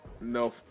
no